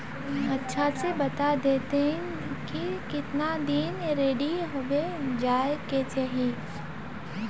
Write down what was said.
अच्छा से बता देतहिन की कीतना दिन रेडी होबे जाय के चही?